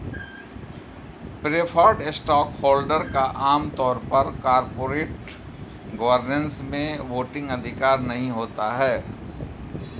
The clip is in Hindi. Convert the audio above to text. प्रेफर्ड स्टॉकहोल्डर का आम तौर पर कॉरपोरेट गवर्नेंस में वोटिंग अधिकार नहीं होता है